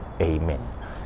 Amen